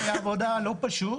זאת הייתה עבודה לא פשוטה.